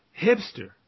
hipster